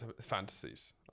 fantasies